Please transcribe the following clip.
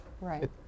Right